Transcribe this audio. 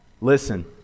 Listen